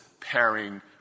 pairing